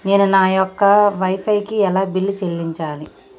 నేను నా యొక్క వై ఫై కి ఎలా బిల్లు చెల్లించాలి?